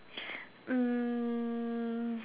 um